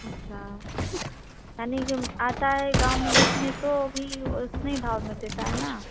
अच्छा यानी जो आता है गाँव में बेचने सो भी उतने ही भाव में देता है ना